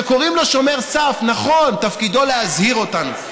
קוראים לו שומר סף, נכון, תפקידו להזהיר אותנו.